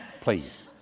Please